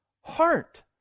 heart